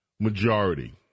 Majority